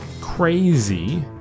crazy